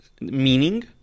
meaning